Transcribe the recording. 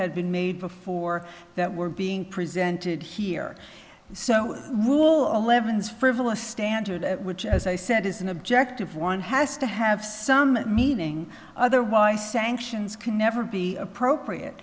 had been made before that were being presented here so leavens frivolous standard which as i said is an objective one has to have some meaning otherwise sanctions can never be appropriate